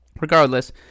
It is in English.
regardless